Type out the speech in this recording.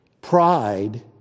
pride